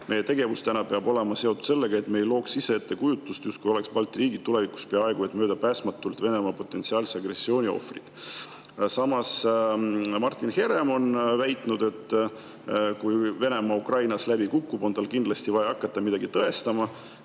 Meie tegevus peab olema seotud sellega, et me ei looks ise ettekujutust, justkui oleksid Balti riigid tulevikus peaaegu et möödapääsmatult Venemaa potentsiaalse agressiooni ohvrid. Samas Martin Herem on väitnud, et kui Venemaa Ukrainas läbi kukub, on tal kindlasti vaja hakata midagi tõestama.